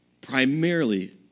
primarily